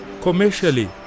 Commercially